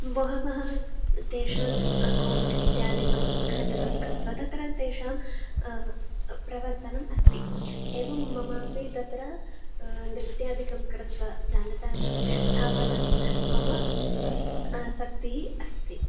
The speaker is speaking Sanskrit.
बहवः तेषाम् अकौण्ट् इत्यादिकम् उद्घाटनं कृत्वा तत्र तेषां प्रवर्तनम् अस्ति एवं ममापि तत्र नृत्यादिकं कृत्वा जालतानादिषु स्थापनं मम आसक्तिः अस्ति